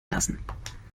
lassen